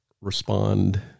respond